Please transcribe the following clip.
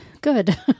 good